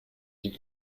die